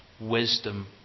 Wisdom